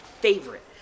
favorite